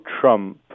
Trump